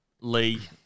Lee